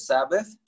Sabbath